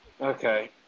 Okay